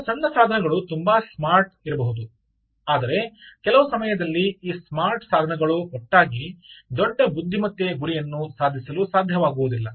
ಬಹಳ ಸಣ್ಣ ಸಾಧನಗಳು ತುಂಬಾ ಸ್ಮಾರ್ಟ್ ಇರಬಹುದು ಆದರೆ ಕೆಲವು ಸಮಯದಲ್ಲಿ ಈ ಸ್ಮಾರ್ಟ್ ಸಾಧನಗಳು ಒಟ್ಟಾಗಿ ದೊಡ್ಡ ಬುದ್ಧಿಮತ್ತೆಯ ಗುರಿಯನ್ನು ಸಾಧಿಸಲು ಸಾಧ್ಯವಾಗುವುದಿಲ್ಲ